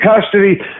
custody